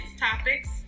topics